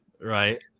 Right